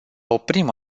oprim